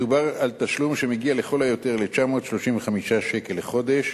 מדובר על תשלום שמגיע לכל היותר ל-935 שקל לחודש.